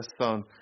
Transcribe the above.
Son